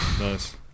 Nice